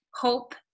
hope